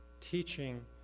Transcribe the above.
teaching